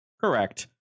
Correct